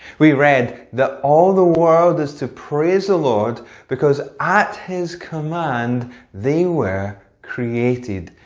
we read that all the world is to praise the lord because. at his command they were created.